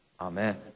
Amen